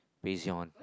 fusion